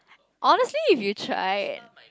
honestly if you try it